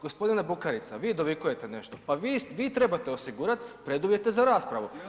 Gospodine Bukarica vi dovikujete nešto, pa vi trebate osigurat preduvjete za raspravu.